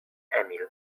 emil